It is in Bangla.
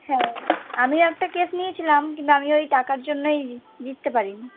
হ্যাঁ আমিও একটা কেস নিয়েছিলাম কিন্তু আমি ওই টাকার জন্যই জিত জিততে পারিনি